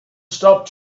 stop